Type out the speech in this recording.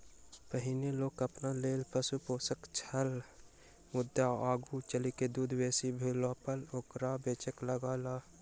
पहिनै लोक अपना लेल पशु पोसैत छल मुदा आगू चलि क दूध बेसी भेलापर ओकरा बेचय लागल